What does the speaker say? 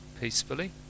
peacefully